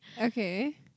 Okay